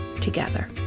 together